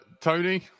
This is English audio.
Tony